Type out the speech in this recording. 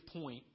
point